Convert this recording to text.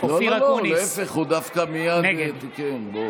נגד משה